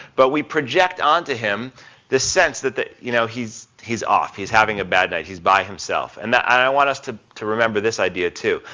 but we project on to him this sense that that you know, he's he's off, he's having a bad night, he's by himself. and i want us to to remember this idea, too,